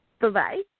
Bye-bye